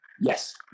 Yes